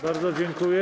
Bardzo dziękuję.